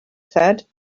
said